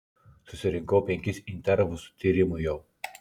susirinkau penkis intervus tyrimui jau